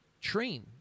train